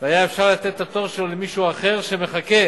והיה אפשר לתת את התור שלו למישהו אחר שמחכה,